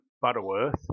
Butterworth